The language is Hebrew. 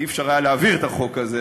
אי-אפשר היה להעביר את החוק הזה,